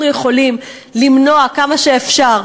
אנחנו יכולים למנוע כמה שאפשר,